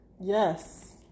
Yes